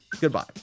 Goodbye